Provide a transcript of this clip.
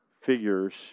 figures